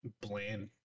bland